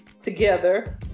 together